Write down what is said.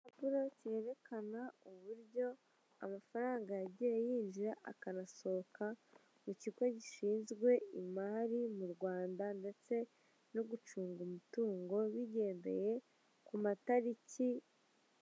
Igipapuro kerekana uburyo amafaranga yagiye yinjira akanasohoka mu kigo gishinzwe imari mu Rwanda ndetse no gucunga umutungo bigendeye ku matariki.